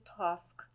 task